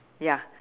ya